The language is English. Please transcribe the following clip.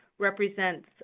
represents